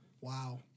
Wow